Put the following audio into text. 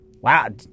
wow